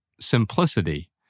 simplicity